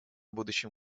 будущем